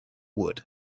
wood